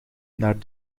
naar